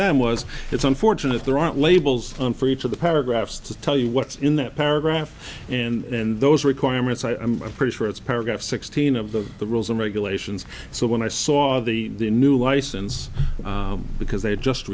them was it's unfortunate there aren't labels for each of the paragraphs to tell you what's in that paragraph and in those requirements i'm pretty sure it's paragraph sixteen of the the rules and regulations so when i saw the new license because they